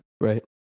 Right